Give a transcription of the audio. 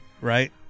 right